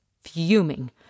fuming